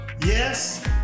yes